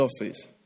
office